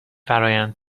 فرآیند